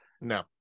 No